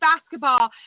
basketball